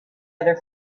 other